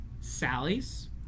Sally's